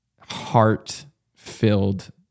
heart-filled